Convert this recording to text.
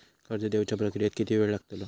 कर्ज देवच्या प्रक्रियेत किती येळ लागतलो?